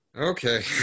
Okay